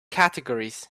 categories